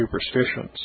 superstitions